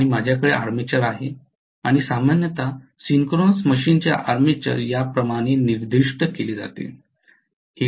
आणि माझ्याकडे आर्मेचर आहे आणि सामान्यत सिंक्रोनस मशीनचे आर्मेचर याप्रमाणे निर्दिष्ट केले जाते